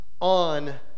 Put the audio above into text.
on